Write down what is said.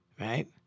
Right